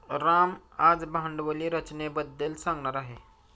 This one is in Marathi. राम आज भांडवली रचनेबद्दल सांगणार आहे